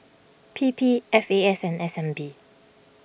P P F A S and S N B